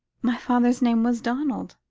my father's name was donald,